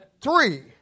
Three